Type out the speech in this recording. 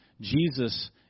Jesus